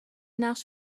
نقش